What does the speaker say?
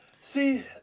See